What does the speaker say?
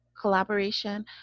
collaboration